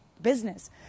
business